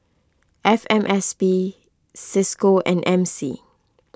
F M S P Cisco and M C